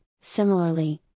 similarly